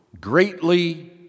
greatly